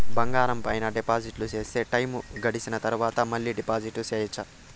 బంగారం పైన డిపాజిట్లు సేస్తే, టైము గడిసిన తరవాత, మళ్ళీ డిపాజిట్లు సెయొచ్చా?